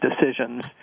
decisions